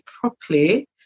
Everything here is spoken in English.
properly